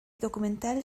documental